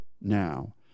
now